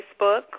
Facebook